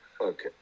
Okay